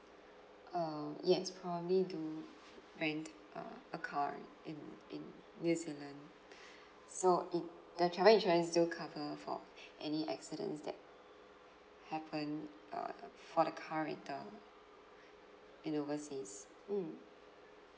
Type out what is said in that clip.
err yes probably do rent uh a car in in new zealand so it the travel insurance do cover for any accidents that happen err for the car rental in overseas mm